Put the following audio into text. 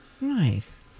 Nice